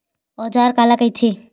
औजार काला कइथे?